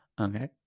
Okay